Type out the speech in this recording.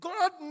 God